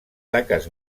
taques